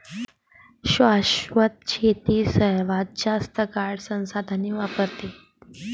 शाश्वत शेती सर्वात जास्त काळ संसाधने वापरते